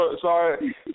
sorry